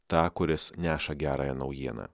tą kuris neša gerąją naujieną